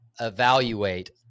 evaluate